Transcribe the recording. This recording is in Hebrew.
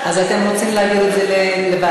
אז אתם רוצים להעביר את זה לוועדה?